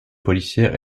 policière